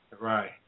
Right